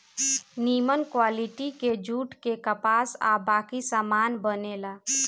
निमन क्वालिटी के जूट से कपड़ा आ बाकी सामान बनेला